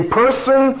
person